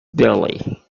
billy